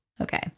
Okay